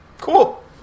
cool